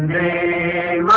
a